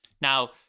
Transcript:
Now